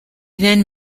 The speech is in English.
then